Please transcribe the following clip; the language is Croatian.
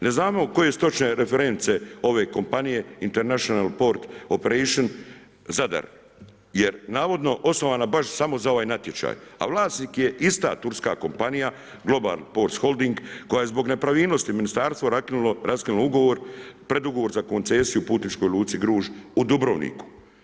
Ne znamo koje su točne reference ove kompanije International Port Operation Zadar, jer navodno osnovana baš samo za ovaj natječaj, a vlasnik je ista turska kompanija Global port's holding koja je zbog nepravilnosti ministarstva raskinulo ugovor, predugovor za koncesiju putničkoj luci Gruž u Dubrovniku.